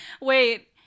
Wait